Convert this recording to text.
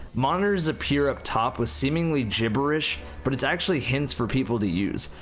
monitors appear up top with seemingly gibberish, but it's actually hints for people to use.